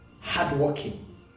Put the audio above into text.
Hardworking